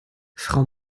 frau